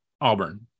Auburn